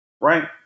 right